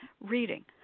reading